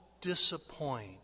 disappoint